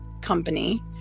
company